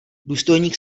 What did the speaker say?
důstojník